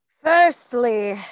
Firstly